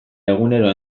egunero